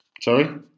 Sorry